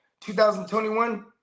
2021